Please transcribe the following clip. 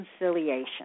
reconciliation